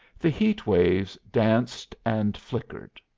the heat waves danced and flickered.